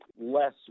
less